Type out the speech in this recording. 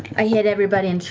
i hit everybody.